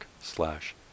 slash